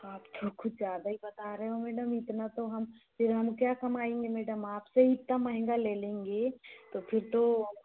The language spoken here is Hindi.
आप तो कुछ ज़्यादा ही बता रहे हो मैडम इतना तो हम फिर हम क्या कमाएंगे मैडम आपसे इतना महँगा ले लेंगे तो फिर तो